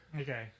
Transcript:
okay